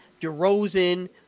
DeRozan